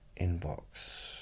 inbox